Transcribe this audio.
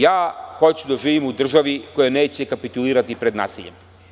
Ja hoću da živim u državi koja neće kapitulirati pred nasiljem.